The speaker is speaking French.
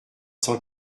cent